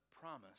promise